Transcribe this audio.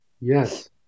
Yes